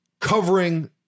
covering